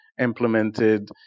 implemented